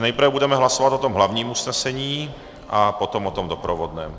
Nejprve budeme hlasovat o tom hlavním usnesení a potom o tom doprovodném.